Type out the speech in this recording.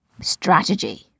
strategy